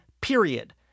period